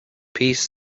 piece